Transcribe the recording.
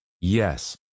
yes